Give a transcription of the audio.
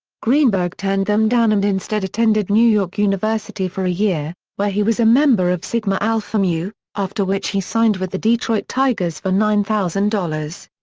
greenberg turned them down and instead attended new york university for a year, where he was a member of sigma alpha mu, after which he signed with the detroit tigers for nine thousand dollars.